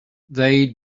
they